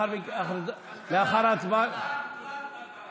ועדת הכלכלה.